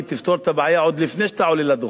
היא תפתור את הבעיה עוד לפני שאתה עולה לדוכן,